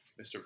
Mr